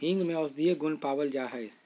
हींग में औषधीय गुण पावल जाहई